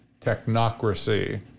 technocracy